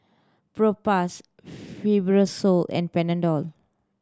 Propass Fibrosol and Panadol